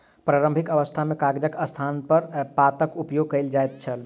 प्रारंभिक अवस्था मे कागजक स्थानपर पातक उपयोग कयल जाइत छल